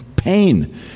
pain